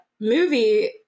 movie